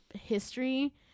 history